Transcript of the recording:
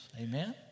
Amen